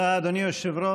תודה, אדוני היושב-ראש.